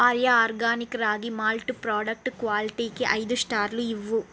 Arya organic ragi malt product క్వాలిటీకి ఐదు స్టార్లు ఇవ్వు